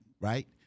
right